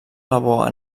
labor